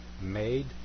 made